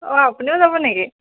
অঁ আপুনিও যাব নেকি